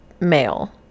male